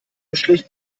beschlich